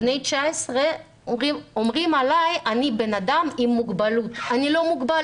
בן 19 שאומרים עליו שהוא אדם עם מוגבלות אומר שהוא לא מוגבל,